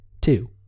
two